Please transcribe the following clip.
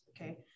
Okay